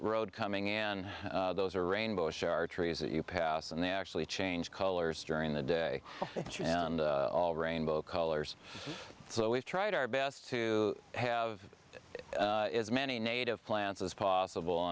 road coming in those are rainbows are trees that you pass and they actually change colors during the day and all rainbow colors so we've tried our best to have as many native plants as possible